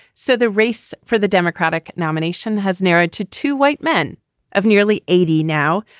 so the race for the democratic nomination has narrowed to two white men of nearly eighty now.